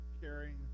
caring